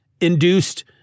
induced